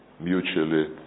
mutually